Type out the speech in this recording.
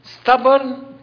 stubborn